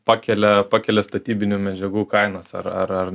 pakelia pakelia statybinių medžiagų kainas ar ar ar